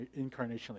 incarnationally